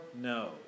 No